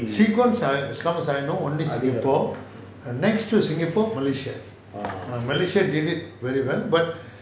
sequence ah as long as I know only singapore next to singapore malaysia malaysia did it very well but